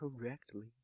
correctly